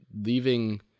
Leaving